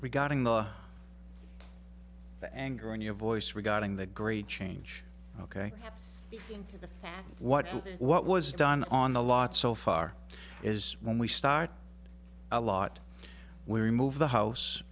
regarding the anger in your voice regarding the great change ok so what what was done on the lot so far is when we start a lot we remove the house